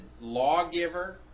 lawgiver